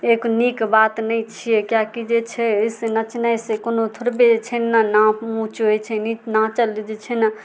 एक नीक बात नहि छियै किएकि जे छै एहि सऽ नचनाइ सऽ कोनो थोड़बे जे छै ने नाम ऊँच होइ छै नीक नाचल जे छै ने